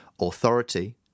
authority